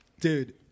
dude